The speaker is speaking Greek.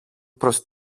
προς